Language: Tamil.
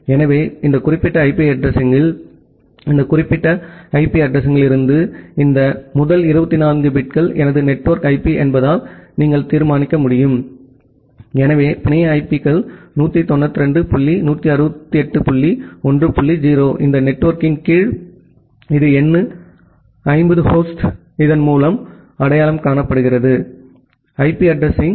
எனவே இந்த குறிப்பிட்ட ஐபி அட்ரஸிங்யில் இந்த குறிப்பிட்ட ஐபி அட்ரஸிங்யிலிருந்து இந்த முதல் 24 பிட்கள் எனது நெட்வொர்க் ஐபி என்பதால் நீங்கள் தீர்மானிக்க முடியும் எனவே பிணைய ஐபிக்கள் 192 டாட் 168 டாட் 1 டாட் 0 இந்த நெட்வொர்க்கின் கீழ் இது எண் 50 ஹோஸ்ட் இதன் மூலம் அடையாளம் காணப்படுகிறது ஐபி அட்ரஸிங்